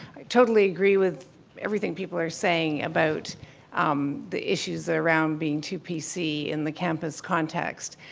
i totally agree with everything people are saying about um the issues around being too p c. in the campus context,